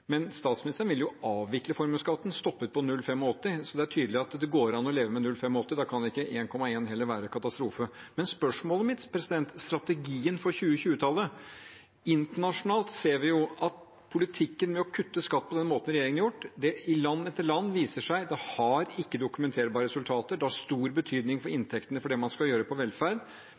men stoppet på 0,85 pst., så det er tydelig at det går an leve med 0,85 pst. Da kan heller ikke 1,1 pst. være en katastrofe. Spørsmålet mitt gjelder strategien for 2020-tallet. Internasjonalt – i land etter land – ser vi at politikken med å kutte skatt på den måten regjeringen har gjort, viser seg ikke å ha dokumenterbare resultater. Det har stor betydning for inntektene til det man skal gjøre på velferd.